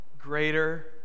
Greater